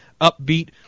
upbeat